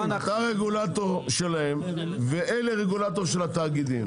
אתה רגולטור שלהם, ואלה רגולטור של התאגידים.